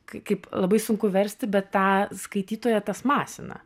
k kaip labai sunku versti bet tą skaitytoją tas masina